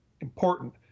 important